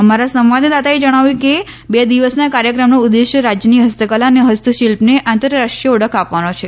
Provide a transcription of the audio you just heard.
અમારા સંવાદદાતાએ જણાવ્યું કે બે દિવસના કાર્યક્રમનો ઉદ્દેશ્ય રાજ્યની હસ્તકલા અને હસ્તશિલ્પને આંતરરાષ્ટ્રીય ઓળખ આપવાનો છે